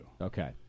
Okay